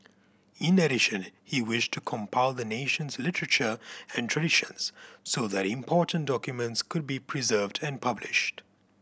in addition he wished to compile the nation's literature and traditions so that important documents could be preserved and published